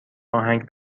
آهنگ